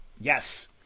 yes